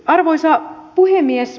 arvoisa puhemies